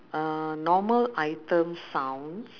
uh normal item sounds